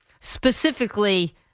Specifically